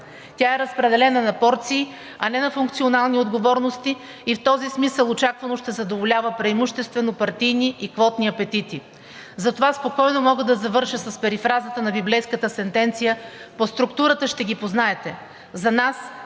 Тя е разпределена на порции, а не на функционални отговорности и в този смисъл очаквано ще задоволява преимуществено партийни и квотни апетити. Затова спокойно мога да завърша с перифразата на библейската сентенция: „По структурата ще ги познаете.“ За нас